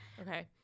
Okay